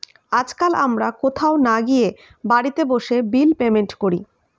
আজকাল আমরা কোথাও না গিয়ে বাড়িতে বসে বিল পেমেন্ট করি